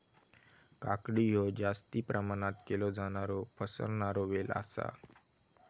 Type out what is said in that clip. काकडी हयो जास्ती प्रमाणात केलो जाणारो पसरणारो वेल आसा